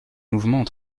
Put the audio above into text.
mouvements